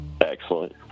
Excellent